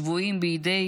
שבויים בידי